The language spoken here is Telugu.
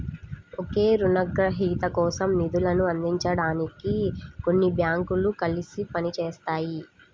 ఒకే రుణగ్రహీత కోసం నిధులను అందించడానికి కొన్ని బ్యాంకులు కలిసి పని చేస్తాయి